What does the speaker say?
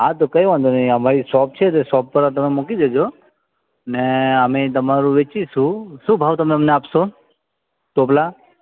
હા તો કઈ વાંધો નહીં અમારી શોપ છે તે શોપ પર તમે મૂકી દેજો ને અમે તમારું વેચીશું શું ભાવ તમે અમને આપશો ટોપલા